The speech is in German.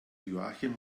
joachim